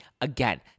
again